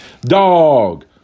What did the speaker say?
dog